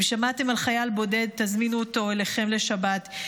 אם שמעתם על חייל בודד, תזמינו אותו אליכם לשבת.